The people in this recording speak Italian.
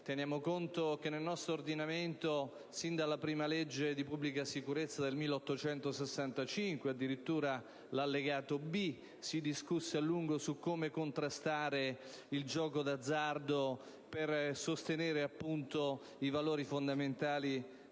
Teniamo conto che nel nostro ordinamento, sin dalla prima legge di pubblica sicurezza del 1865 (allegato B), si discusse a lungo su come contrastare il gioco d'azzardo per sostenere i valori fondamentali